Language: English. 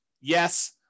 Yes